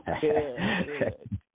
Good